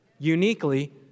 Uniquely